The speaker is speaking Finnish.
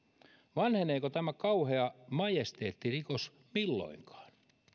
vanheneeko tämä kauhea majesteettirikos milloinkaan